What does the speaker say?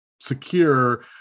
secure